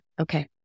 okay